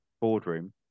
boardroom